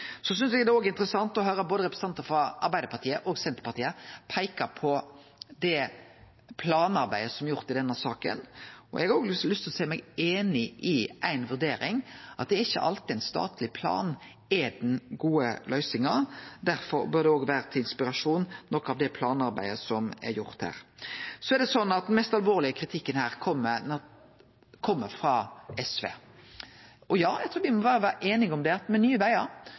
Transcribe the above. synest det er interessant å høyre representantar både frå Arbeidarpartiet og frå Senterpartiet peike på det planarbeidet som er gjort i denne saka. Eg har lyst til å seie meg einig i ei vurdering, og det er at det er ikkje alltid at ein statleg plan er den gode løysinga. Derfor bør det òg vere til inspirasjon, noko av det planarbeidet som er gjort her. Den mest alvorlege kritikken kjem frå SV. Ja, eg trur me berre må vere einige om det, at med Nye Vegar